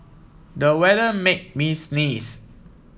the weather made me sneeze